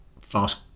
fast